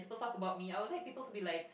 don't talk about me I would like people to be like